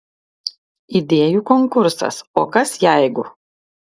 idėjų konkursas o kas jeigu